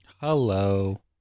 Hello